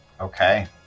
Okay